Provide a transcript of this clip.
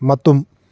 ꯃꯇꯨꯝ